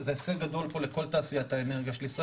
זה הישג גדול פה לכל תעשיית האנרגיה של ישראל